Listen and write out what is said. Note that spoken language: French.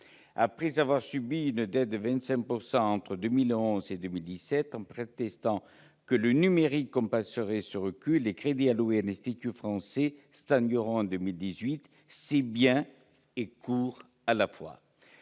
Après avoir subi une baisse de 25 % entre 2011 et 2017, au prétexte que le numérique compenserait ce recul, les crédits alloués à l'Institut français stagneront en 2018. C'est bien et court à la fois